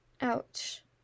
ouch